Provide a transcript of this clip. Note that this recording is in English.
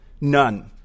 None